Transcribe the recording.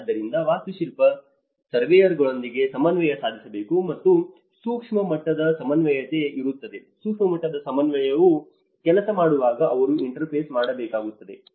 ಆದ್ದರಿಂದ ವಾಸ್ತುಶಿಲ್ಪಿ ಸರ್ವೇಯರ್ಗಳೊಂದಿಗೆ ಸಮನ್ವಯ ಸಾಧಿಸಬೇಕು ಮತ್ತು ಸೂಕ್ಷ್ಮ ಮಟ್ಟದ ಸಮನ್ವಯತೆ ಇರುತ್ತದೆ ಸೂಕ್ಷ್ಮ ಮಟ್ಟದ ಸಮನ್ವಯವು ಕೆಲಸ ಮಾಡುವಾಗ ಅವರು ಇಂಟರ್ಫೇಸ್ ಮಾಡಬೇಕಾಗುತ್ತದೆ